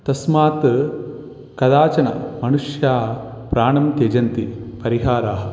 तस्मात् केचन मनुष्याः प्राणं त्यजन्ति परिहाराः